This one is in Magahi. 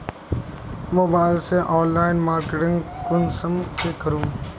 मोबाईल से ऑनलाइन मार्केटिंग कुंसम के करूम?